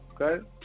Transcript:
Okay